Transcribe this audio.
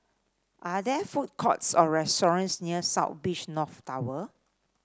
are there food courts or restaurants near South Beach North Tower